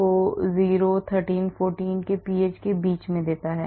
दो यह 0 13 14 के pH के बीच देता है